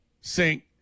sink